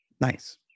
Nice